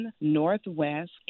Northwest